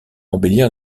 embellir